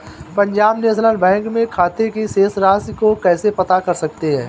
Punjab national bank में खाते की शेष राशि को कैसे पता कर सकते हैं?